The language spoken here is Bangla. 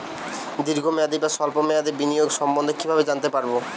দীর্ঘ মেয়াদি বা স্বল্প মেয়াদি বিনিয়োগ সম্বন্ধে কীভাবে জানতে পারবো?